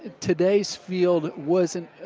today's field wasn't